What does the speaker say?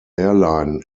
airline